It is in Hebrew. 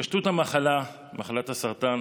התפשטות מחלת הסרטן